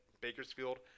Bakersfield